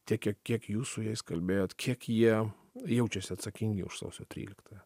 tiek kiek kiek jūs su jais kalbėjot kiek jie jaučiasi atsakingi už sausio tryliktąją